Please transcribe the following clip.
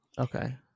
Okay